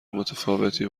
متفاوتی